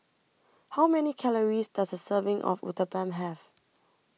How Many Calories Does A Serving of Uthapam Have